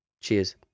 Cheers